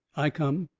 i come.